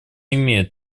имеет